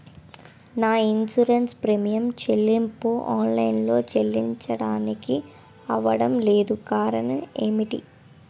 నా insurance premium చెల్లింపు online లో చెల్లించడానికి అవ్వడం లేదు కారణం ఏమిటి?